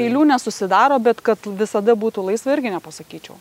eilių nesusidaro bet kad visada būtų laisva irgi nepasakyčiau